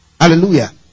Hallelujah